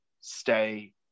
stay